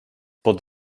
pod